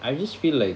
I always feel like